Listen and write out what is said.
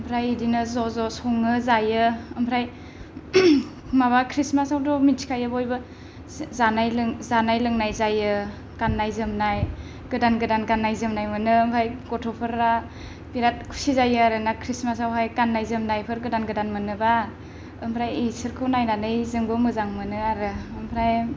ओमफ्राय बिदिनो ज' ज' सङो जायो ओमफ्राय माबा खृष्टमासावथ' मिथिखायो बयबो जानाय लोंनाय जायो गाननाय जोमनाय गोदान गोदान गाननाय जोमनाय मोनो ओमफ्राय गथ'फोरा बिराद खुसि जायो आरो ना खृष्टमास आवहाय गाननाय जोमनायफोर गोदान गोदान मोनोबा ओमफ्राय बिसोरखौ नायनानै जोंबो मोजां मोनो आरो ओमफ्राय